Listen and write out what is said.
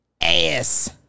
Ass